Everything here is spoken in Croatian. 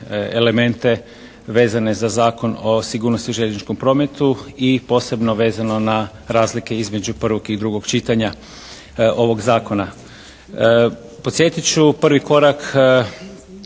elemente vezane za Zakon o sigurnosti u željezničkom prometu i posebno vezano na razlike između prvog i drugog čitanja ovog zakona. Podsjetit ću, prvi korak